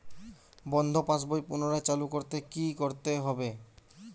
বন্ধ পাশ বই পুনরায় চালু করতে কি করতে হবে?